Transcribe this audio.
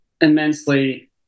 immensely